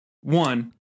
One